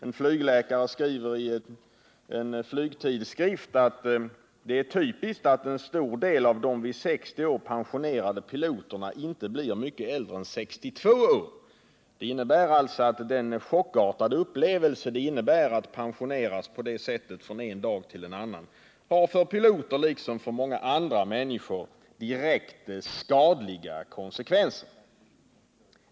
En flygläkare skriver i en flygtidskrift att det är typiskt att en stor del av de vid 60 år pensionerade piloterna inte blir mycket äldre än 62 år. Den chockartade upplevelse det innebär att pensioneras på detta sätt från en dag till en annan har för piloter liksom för många andra människor direkt skadliga konsekvenser.